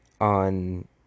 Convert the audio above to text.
on